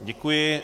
Děkuji.